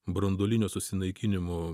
branduolinio susinaikinimo